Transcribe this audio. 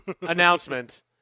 announcement